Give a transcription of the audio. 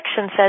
says